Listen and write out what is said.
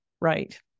Right